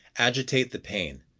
agitate the pain.